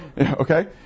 okay